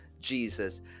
Jesus